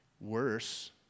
worse